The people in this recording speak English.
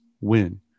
win